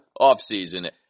offseason